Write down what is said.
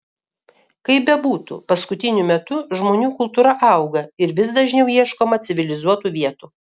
kaip bebūtų paskutiniu metu žmonių kultūra auga ir vis dažniau ieškoma civilizuotų vietų